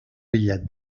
bitllet